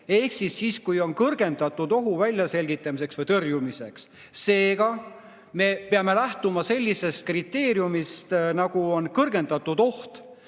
kui [see on vajalik] kõrgendatud ohu väljaselgitamiseks või tõrjumiseks. Seega me peame lähtuma sellisest kriteeriumist, nagu on kõrgendatud oht.